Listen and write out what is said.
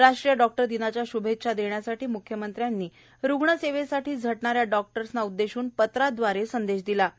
राष्ट्रीय डॉक्टर दिनाच्या श्भेच्छा देण्यासाठी मुख्यमंत्र्यांनी रुग्णसेवेसाठी झटणाऱ्या डॉक्टर्सना उद्देशून पत्रादवारे संदेश दिला आहे